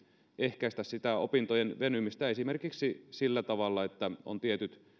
ehkäistä opintojen venymistä esimerkiksi sillä tavalla että on tietyt